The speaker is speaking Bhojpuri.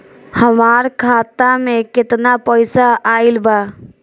हमार खाता मे केतना पईसा आइल बा?